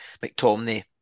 McTomney